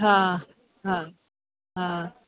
हा हा हा